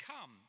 come